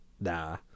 Nah